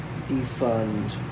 defund